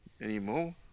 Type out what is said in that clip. anymore